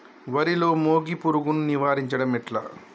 వరిలో మోగి పురుగును నివారించడం ఎట్లా?